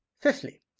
fifthly